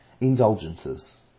indulgences